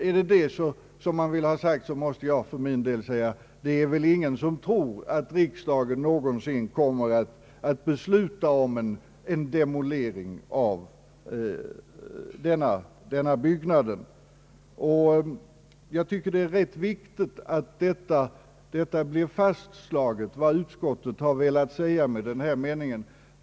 Är det detta man vill ha sagt måste jag framhålla, att det väl inte är någon som tror att riksdagen någonsin kommer att fatta beslut om en demolering av denna byggnad. Jag tycker att det är rätt viktigt att det blir fastslaget vad utskottet har velat säga med dessa meningar.